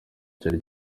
cyari